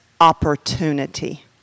opportunity